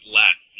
less